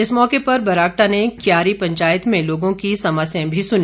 इस मौके पर बरागटा ने क्यारी पंचायत में लोगों की समस्याएं भी सुनी